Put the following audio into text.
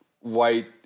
white